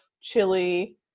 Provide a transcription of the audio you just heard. chili